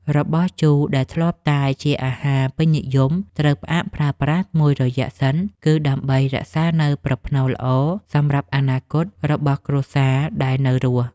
របស់ជូរដែលធ្លាប់តែជាអាហារពេញនិយមត្រូវផ្អាកប្រើប្រាស់មួយរយៈសិន គឺដើម្បីរក្សានូវប្រផ្នូលល្អសម្រាប់អនាគតរបស់គ្រួសារដែលនៅរស់។